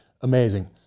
Amazing